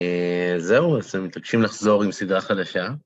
זהו, אנחנו מתרגשים לחזור עם סדרה חדשה.